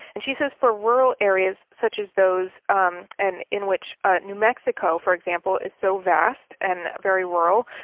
and she says, for rural areas such as those and in which new mexico, for example, is so vast and very rural,